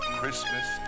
Christmas